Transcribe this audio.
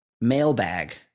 mailbag